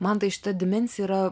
man tai šita dimensija yra